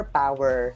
power